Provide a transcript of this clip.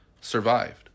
survived